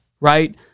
right